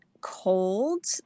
cold